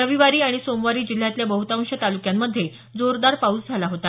रविवारी आणि सोमवारी जिल्ह्यातल्या बहुतांश तालुक्यांमध्ये जोरदार पाऊस झाला होता